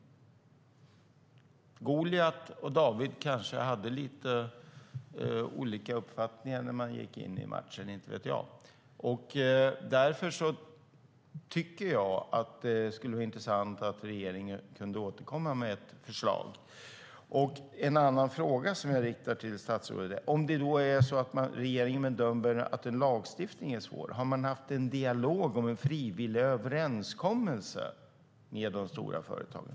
Goliat och David hade kanske lite olika uppfattningar när de gick in i matchen. Jag tycker därför att det skulle vara intressant om regeringen kunde återkomma med ett förslag. En annan fråga jag riktar till statsrådet är: Om regeringen bedömer att lagstiftning är svårt, har den haft en dialog om en frivillig överenskommelse med de stora företagen?